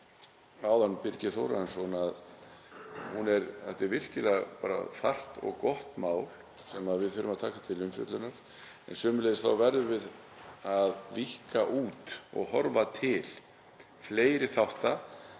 áðan, Birgir Þórarinsson, er virkilega þarft og gott mál sem við þurfum að taka til umfjöllunar. En sömuleiðis verðum við að víkka út og horfa til fleiri þátta